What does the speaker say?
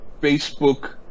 Facebook